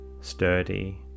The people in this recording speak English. sturdy